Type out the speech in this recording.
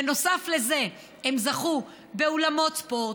בנוסף לזה הם זכו באולמות ספורט,